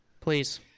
Please